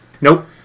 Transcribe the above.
Nope